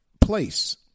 place